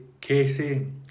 Casey